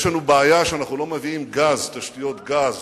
יש לנו בעיה שאנחנו לא מביאים תשתיות גז